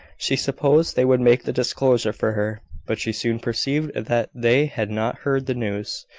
she supposed they would make the disclosure for her but she soon perceived that they had not heard the news.